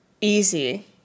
easy